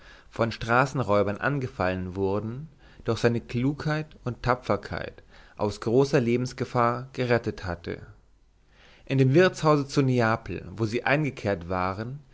von straßenräubern angefallen wurden durch seine klugheit und tapferkeit aus großer lebensgefahr gerettet hatte in dem wirtshause zu neapel wo sie eingekehrt waren